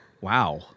Wow